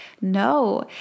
No